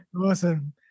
Awesome